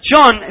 John